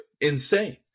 insane